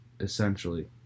essentially